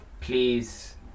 Please